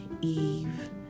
Eve